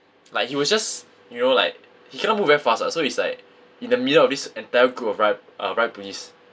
like he was just you know like he cannot move very fast what so he's like in the middle of this entire group of riot uh riot police